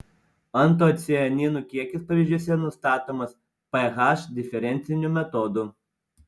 antocianinų kiekis pavyzdžiuose nustatomas ph diferenciniu metodu